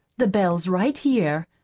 the bell's right here.